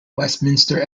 westminster